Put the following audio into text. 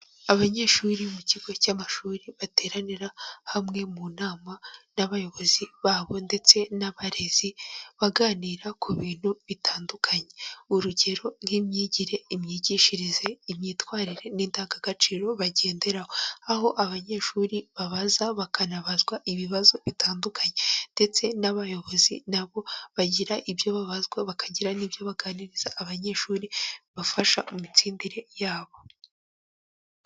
Abanyeshuri mu kigo cy'amashuri bateranira hamwe mu nama n'abayobozi babo ndetse n'abarezi, baganira ku bintu bitandukanye. Urugero: nk'imyigire, imyigishirize, imyitwarire n'indangagaciro bagenderaho, aho abanyeshuri babaza bakanabazwa ibibazo bitandukanye, ndetse n'abayobozi na bo bagira ibyo babazwa, bakagira n'ibyo baganiriza abanyeshuri bafasha mu mitsindire yabo.